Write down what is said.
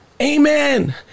Amen